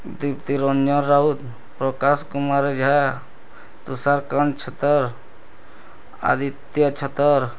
Dipti Ranjan Raut Prakash Kumar Jha Tushar Kant Chhatar Aditya Chhatar